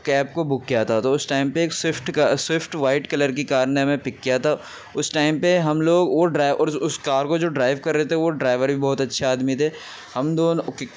cab کو book کیا تھا تو اس ٹائم پہ ایک Swift car Swift white colour کی کار نے ہمیں پک کیا تھا اس ٹائم پہ ہم لوگ وہ ڈرائیو اس اس کار کو جو ڈرائیو کر رہے تھے وہ ڈرائیور بھی بہت اچھے آدمی تھے ہم دونوں